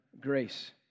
grace